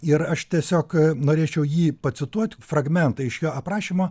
ir aš tiesiog norėčiau jį pacituot fragmentą iš jo aprašymo